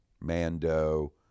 Mando